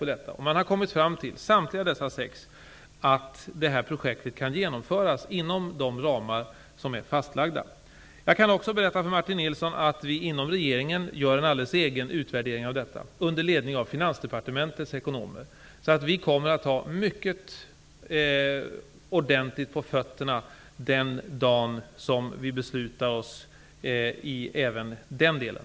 Samtliga dessa sex konsultkonsortier har kommit fram till att detta projekt kan genomföras inom de ramar som är fastlagda. Jag kan också berätta för Martin Nilsson att vi inom regeringen, under ledning av Finansdepartementets ekonomer, gör en helt egen utvärdering av detta. Därigenom kommer vi att ha mycket ordentligt på fötterna den dag vi fattar beslut även i den delen.